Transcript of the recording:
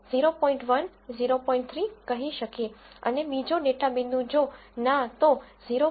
૩ કહી શકીએ અને બીજો ડેટા પોઇન્ટ જો ના તો 0